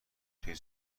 توی